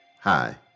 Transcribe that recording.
Hi